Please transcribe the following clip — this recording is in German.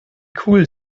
cool